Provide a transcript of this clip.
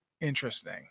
interesting